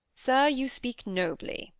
sir, you speak nobly.